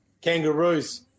kangaroos